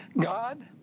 god